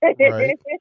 Right